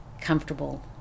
comfortable